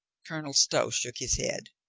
colonel stow shook his head.